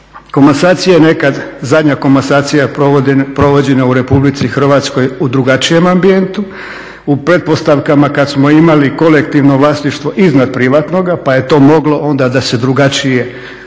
Komasacija je nekad, zadnja komasacija je provođena u Republici Hrvatskoj u drugačijem ambijentu, u pretpostavkama kad smo imali kolektivno vlasništvo iznad privatnoga pa je to onda moglo da se drugačije, jednostavnije